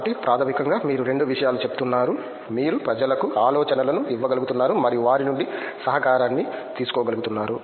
కాబట్టి ప్రాథమికంగా మీరు రెండు విషయాలు చెప్తున్నారు మీరు ప్రజలకు ఆలోచనలను ఇవ్వగలుగుతున్నారు మరియు వారి నుండి సహకారాన్ని తీసుకోగలుగుతున్నారు